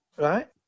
Right